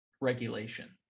regulation